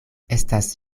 estas